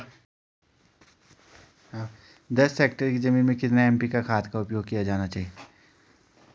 दस हेक्टेयर जमीन में कितनी एन.पी.के खाद का उपयोग किया जाना चाहिए?